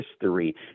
history